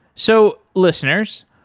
so, listeners,